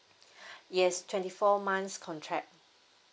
yes twenty four months contract